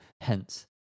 hence